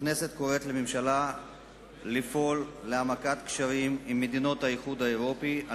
הכנסת קוראת לממשלה לפעול להעמקת הקשרים עם מדינות האיחוד האירופי על